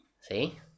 See